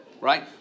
right